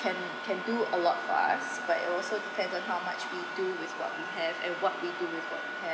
can can do a lot fast but it also depends on how much we do with what we have and what we do with what we have